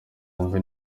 wumve